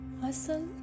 hustle